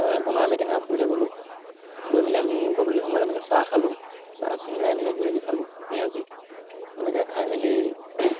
আমি পুনৰ আমি টেঙাপুখুৰীলৈ গ'লোঁ গৈ মেলি আমি গধূলি সময়ত এনেকৈ চাহ খালোঁ চাহ চিংৰা এনেকৈ কিবা কিবি খালোঁ পিঁয়াজী এনেকৈ খাই মেলি